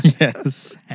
Yes